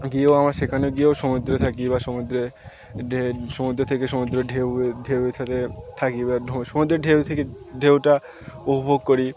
গিয়েও আমরা সেখানে গিয়েও সমুদ্রে থাকি বা সমুদ্রে সমুদ্র থেকে সমুদ্রের ঢেউ ঢেউয়ে থাকে থাকি বা সমুদ্রের ঢেউ থেকে ঢেউটা উপভোগ করি